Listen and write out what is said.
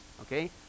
okay